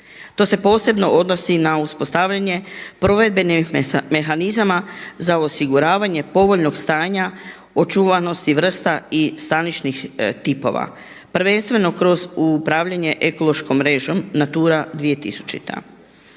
To se posebno odnosi na uspostavljanje provedbenih mehanizama za osiguravanje povoljnog stanja očuvanosti vrsta i stanišnih tipova prvenstveno kroz upravljanje ekološkom mrežom Natura 2000.